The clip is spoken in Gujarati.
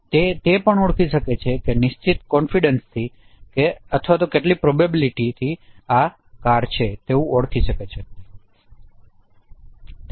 અને તે પણ ઓળખે છે કે નિશ્ચિત કોન્ફિડનશ થીઅથવા કેટલીક પ્રોબેબિલિટિથી આ કાર છે તેવું ઑળખી શકે છે